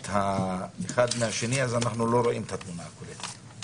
אחד מהשני אנחנו לא רואים את התמונה הכוללת.